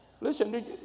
listen